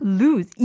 lose